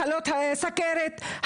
מחלות הסוכרת,